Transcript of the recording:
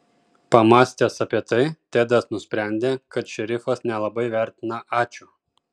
pamąstęs apie tai tedas nusprendė kad šerifas nelabai vertina ačiū